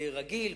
רגיל,